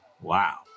Wow